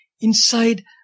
inside